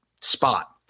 spot